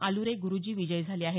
आलुरे गुरुजी विजयी झाले आहेत